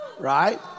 right